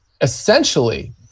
essentially